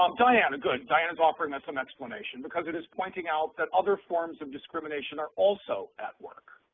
um diane, good. diane is offering us some explanation because it is pointing out that other forms of discrimination are also at work.